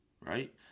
right